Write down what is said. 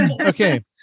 Okay